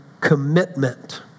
commitment